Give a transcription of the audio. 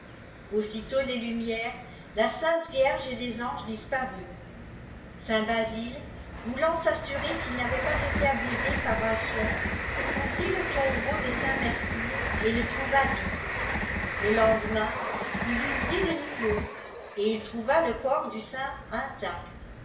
aussitôt les lumières la sainte vierge et les anges disparurent saint basile voulant s'assurer qu'il n'avait pas été abusé par un songe ouvrit le tombeam ée saint mercure et le trouva vide le lendemain il l'ouvrit de nouveau et il trouva le corps du saint intact